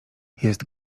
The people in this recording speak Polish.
jest